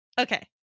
Okay